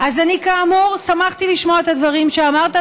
אני כאמור שמחתי לשמוע את הדברים שאמרת,